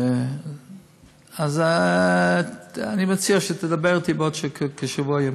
אז אני מציע שתדבר אתי בעוד כשבוע ימים.